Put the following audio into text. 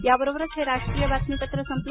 याबरोबरच हे राष्ट्रीय बातमीपत्र संपलं